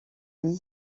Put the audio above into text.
lit